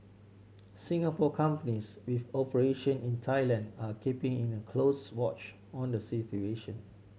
Singapore companies with operation in Thailand are keeping in a close watch on the situation